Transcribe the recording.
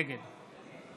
נגד